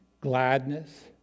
gladness